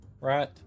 Right